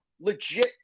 legit